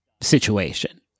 situation